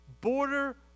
border